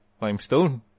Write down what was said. limestone